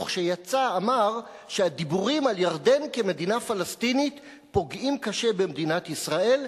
וכשיצא אמר שהדיבורים על ירדן כמדינה פלסטינית פוגעים קשה במדינת ישראל,